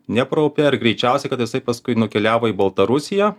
dniepro upe ir greičiausiai kad jisai paskui nukeliavo į baltarusiją